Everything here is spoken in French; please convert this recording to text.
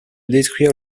détruire